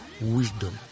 wisdom